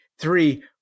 Three